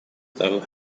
though